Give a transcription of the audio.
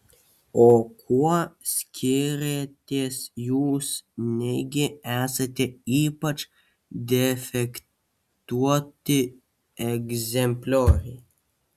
o kuo skiriatės jūs negi esate ypač defektuoti egzemplioriai